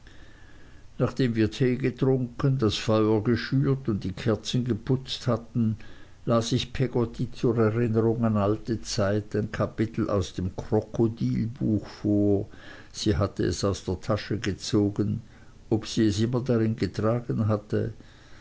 nachdem wir tee getrunken das feuer geschürt und die kerzen geputzt hatten las ich peggotty zur erinnerung an alte zeiten ein kapitel aus dem krokodilbuch vor sie hatte es aus der tasche gezogen ob sie es immer darin getragen hatte